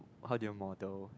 how do you model